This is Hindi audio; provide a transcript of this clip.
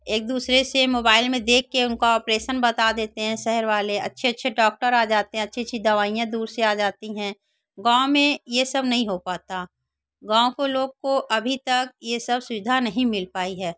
एक दूसरे से मोबाईल में देखकर उनका ऑपरेशन बता देते हैं शहर वाले अच्छे अच्छे डॉक्टर आ जाते हैं अच्छी अच्छी दवाइयाँ दूर से आ जाती हैं गाँव में ये सब नहीं हो पाता गाँव को लोग को अभी तक ये सब सुविधा नहीं मिल पाई है